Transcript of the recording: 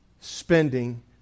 spending